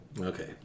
Okay